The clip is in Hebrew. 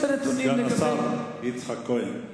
סגן השר יצחק כהן,